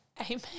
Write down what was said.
amen